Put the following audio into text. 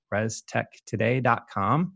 ResTechToday.com